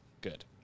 Good